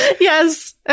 Yes